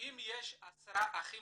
אם יש עשרה אחים